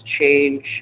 change